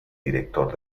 director